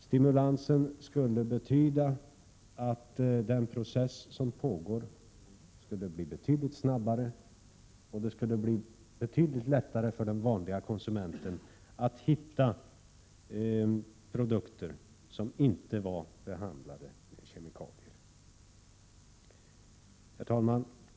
Stimulansen skulle betyda att den process som pågår skulle snabbas på och att det skulle bli betydligt lättare för den vanliga konsumenten att hitta produkter som inte är behandlade med kemikalier. Herr talman!